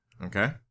Okay